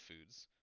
foods